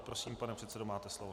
Prosím, pane předsedo, máte slovo.